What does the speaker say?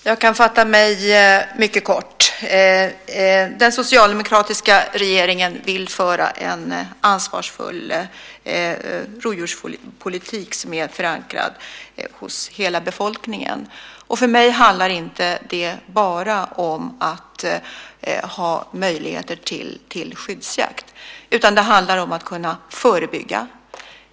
Herr talman! Jag kan fatta mig mycket kort. Den socialdemokratiska regeringen vill föra en ansvarsfull rovdjurspolitik som är förankrad hos hela befolkningen. För mig handlar det inte bara om att ha möjligheter till skyddsjakt, utan det handlar också om att kunna förebygga.